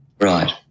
Right